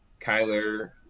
Kyler